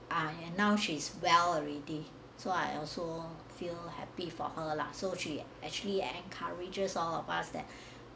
ah and now she's well already so I also feel happy for her lah so she actually encourages all of us that